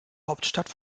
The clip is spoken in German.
hauptstadt